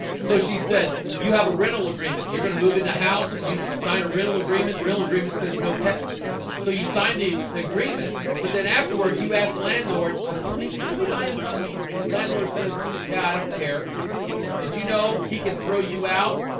so she said you have a rental agreement you're gonna move in the house and you sign a rental agreement real agreement says no pets so you signed the agreement but then afterward you asked landlord, can we can we buy a puppy landlord says yeah, i don't care did you know he can throw you out?